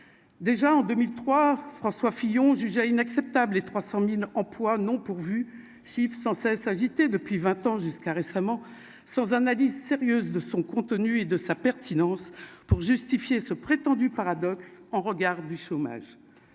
déjà en 2003 François Fillon jugeait inacceptables les 300000 emplois non pourvus, chiffre sans cesse agitée depuis 20 ans jusqu'à récemment, sans analyse sérieuse de son contenu et de sa pertinence pour justifier ce prétendu paradoxe en regard du chômage,